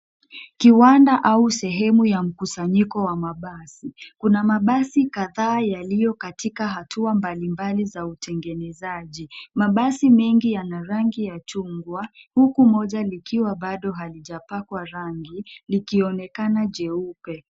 Kiwanda au sehemu ya mkusanyiko wa mabasi. Kuna mabasi kadhaa yaliyo katika hatua mbalimbali za utengenezaji. Mabasi mengi yana rangi ya chungwa huku moja likiwa bado halijapakwa rangi, likionekana jeupe.